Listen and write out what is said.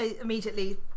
Immediately